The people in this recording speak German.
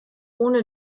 ohne